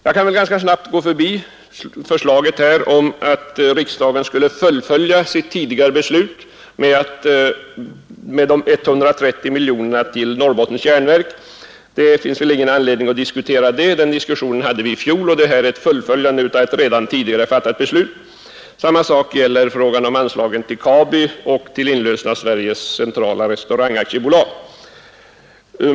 Jag kan ganska snabbt gå förbi förslaget om att riksdagen skulle fullfölja sitt tidigare beslut att anvisa ett lån på 130 miljoner till Norrbottens järnverk AB. Diskussionen därom hade vi i fjol, men detta är ett fullföljande av ett redan tidigare fattat beslut. Samma sak gäller i fråga om anslagen till AB Kabi och till inlösen av Sveriges centrala restaurangaktiebolag.